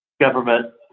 government